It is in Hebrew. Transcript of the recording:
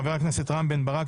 חבר הכנסת רם בן ברק,